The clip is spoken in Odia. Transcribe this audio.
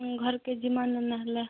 ଘର୍କେ ଯିବାଁ ନ ନ ହେଲା